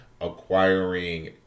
acquiring